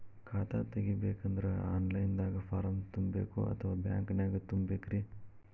ಖಾತಾ ತೆಗಿಬೇಕಂದ್ರ online ದಾಗ ಫಾರಂ ತುಂಬೇಕೊ ಅಥವಾ ಬ್ಯಾಂಕನ್ಯಾಗ ತುಂಬ ಬೇಕ್ರಿ?